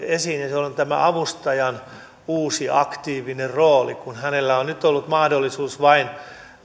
esiin ja se on tämä avustajan uusi aktiivinen rooli kun hänellä on nyt ollut mahdollisuus vain